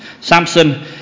Samson